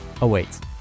awaits